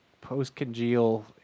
post-congeal